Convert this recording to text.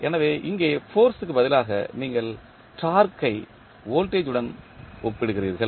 எனவே இங்கே ஃபோர்ஸ் க்கு பதிலாக நீங்கள் டார்க்கு ஐ வோல்டேஜ் உடன் ஒப்பிடுகிறீர்கள்